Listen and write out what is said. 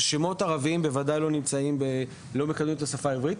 ושמות ערביים בוודאי לא מקדמים את השפה העברית,